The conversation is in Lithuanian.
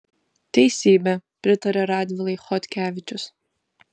teisybė pritaria radvilai chodkevičius